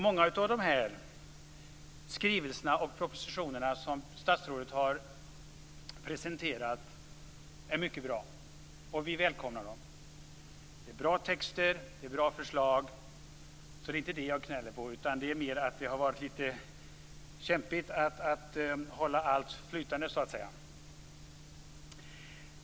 Många av de skrivelser och propositioner som statsrådet har presenterat är mycket bra, och vi välkomnar dem. Det är bra texter och det är bra förslag, så det är inte det jag gnäller på. Det är mera att det har varit litet kämpigt att hålla allt flytande, så att säga.